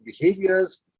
behaviors